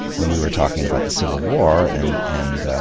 when we were talking about the civil war, and and